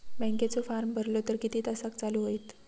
बँकेचो फार्म भरलो तर किती तासाक चालू होईत?